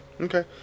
Okay